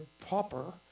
pauper